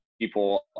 people